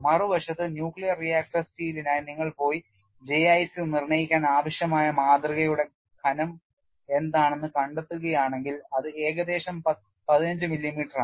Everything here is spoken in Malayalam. മറുവശത്ത് ന്യൂക്ലിയർ റിയാക്ടർ സ്റ്റീലിനായി നിങ്ങൾ പോയി J IC നിർണ്ണയിക്കാൻ ആവശ്യമായ മാതൃകയുടെ കനം എന്താണെന്ന് കണ്ടെത്തുകയാണെങ്കിൽ അത് ഏകദേശം 15 മില്ലിമീറ്ററാണ്